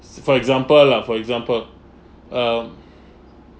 for example lah for example um